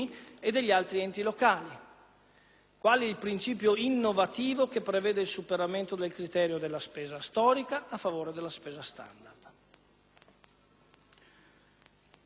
quali il principio innovativo che prevede il superamento del criteri della spesa storica a favore della spesa standard.